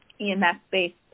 EMS-based